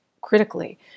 critically